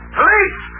Police